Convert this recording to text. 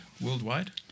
worldwide